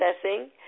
processing